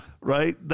Right